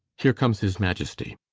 heere comes his maiesty.